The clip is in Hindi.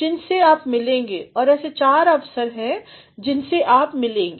जिनसे आप मिलेंगे और ऐसे चार अवसर हैं जिनसे आप मिलेंगे